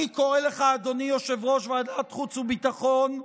אני קורא לך, אדוני יושב-ראש ועדת חוץ וביטחון,